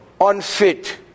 unfit